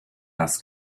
das